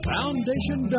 Foundation